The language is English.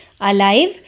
alive